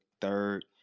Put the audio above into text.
third